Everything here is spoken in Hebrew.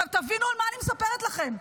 תבינו מה אני מספרת לכם.